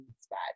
spot